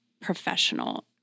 professional